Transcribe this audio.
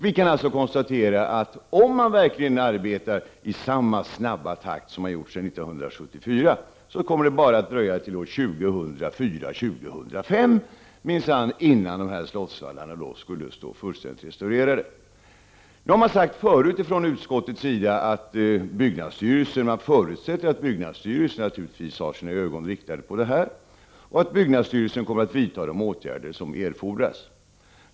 Vi kan konstatera att om man arbetar i den takt som man har gjort sedan 1974, kommer det att dröja till ca år 2004 innan slottsvallarna är fullständigt restaurerade. Från utskottets sida har man tidigare sagt att man förutsätter att byggnadsstyrelsen har sina ögon riktade på det här och att den kommer att vidta de åtgärder som erfordras.